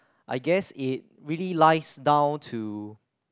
I guess it really lies down to